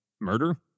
murder